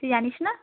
তুই জানিস না